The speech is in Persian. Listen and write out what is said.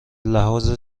لحاظ